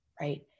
right